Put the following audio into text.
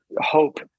hope